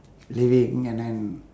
living and then